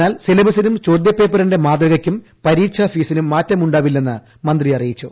എന്നാൽ സിലബസിനും ചോദ്യപേപ്പറിന്റെ മാതൃകയ്ക്കും പരീക്ഷ ഫീസിനും മാറ്റമുണ്ടാവില്ലെന്ന് മന്ത്രി അറിയിച്ചു